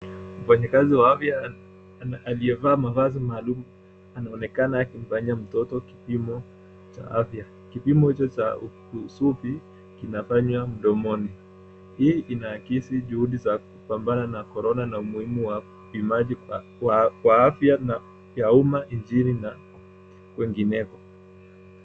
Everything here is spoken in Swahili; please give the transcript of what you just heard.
Mfanyikazi wa afya aliyevaa mavazi maalum anaonekana akimfanyia mtoto kipimo cha afya. Kipimo hicho cha usupi kinafanywa mdomoni. Hii inakisi juhudi za kupambana na korona na umuhumu wa upimaji wa afya ya umma nchini na kwengineko.